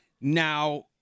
now